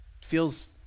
feels